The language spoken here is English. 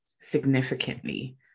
significantly